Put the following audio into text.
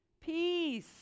Peace